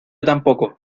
tampoco